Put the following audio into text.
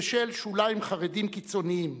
בשל שולים חרדיים קיצוניים